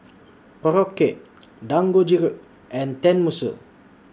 Korokke Dangojiru and Tenmusu